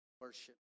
worship